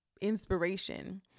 inspiration